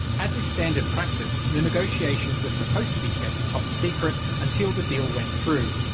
as is standard practice, the negotiations were supposed to be kept top secret until the deal went through.